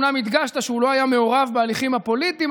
אומנם הדגשת שהוא לא היה מעורב בהליכים הפוליטיים,